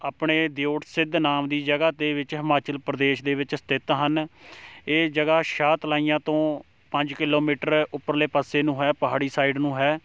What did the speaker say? ਆਪਣੇ ਦਿਓਟ ਸਿੱਧ ਨਾਮ ਦੀ ਜਗ੍ਹਾ ਦੇ ਵਿੱਚ ਹਿਮਾਚਲ ਪ੍ਰਦੇਸ਼ ਦੇ ਵਿੱਚ ਸਥਿਤ ਹਨ ਇਹ ਜਗ੍ਹਾ ਸ਼ਾਹ ਤਲਾਈਆਂ ਤੋਂ ਪੰਜ ਕਿਲੋਮੀਟਰ ਉੱਪਰਲੇ ਪਾਸੇ ਨੂੰ ਹੈ ਪਹਾੜੀ ਸਾਈਡ ਨੂੰ ਹੈ